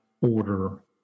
order